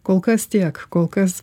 kol kas tiek kol kas